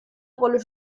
rolle